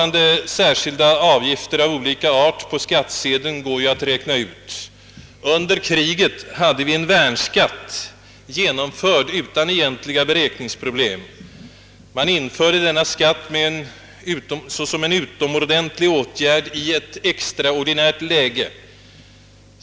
De särskilda avgifter som nu finns på skattsedeln går ju att räkna ut. Under kriget hade vi en värnskatt, som genomfördes utan egentliga beräkningsproblem. Man införde denna skatt såsom en utomordentlig åtgärd i ett extraordinärt läge.